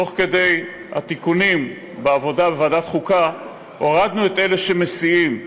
תוך כדי תיקונים בעבודה בוועדת החוקה הורדנו את אלה שמסיעים,